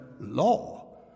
law